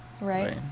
Right